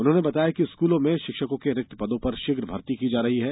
उन्होंने बताया कि स्कूलों में शिक्षकों के रिक्त पदों पर शीघ्र भर्ती की जा रही है